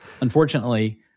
Unfortunately